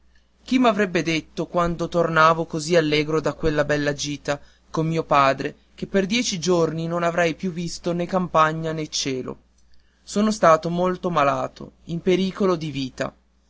chi m'avrebbe detto quando tornavo così allegro da quella bella gita con mio padre che per dieci giorni non avrei più visto né campagna né cielo son stato molto malato in pericolo di vita